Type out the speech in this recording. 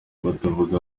batavuga